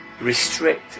restrict